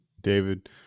david